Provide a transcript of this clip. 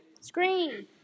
scream